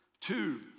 two